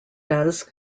does